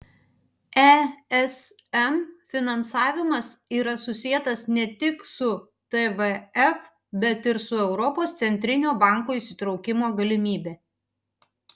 esm finansavimas yra susietas ne tik su tvf bet ir su europos centrinio banko įsitraukimo galimybe